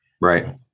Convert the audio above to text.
right